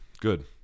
good